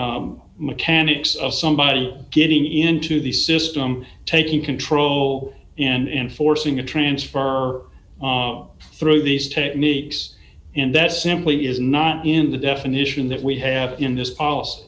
mechanics of somebody getting into the system taking control and forcing a transfer through these techniques and that simply is not in the definition that we have in this